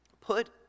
Put